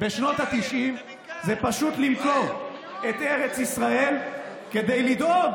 בשנות התשעים הוא פשוט למכור את ארץ ישראל כדי לדאוג